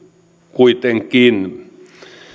kuitenkin